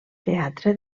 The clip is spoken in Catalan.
teatre